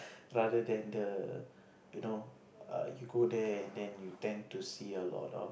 rather than the you know err you go there and you tend to see a lot of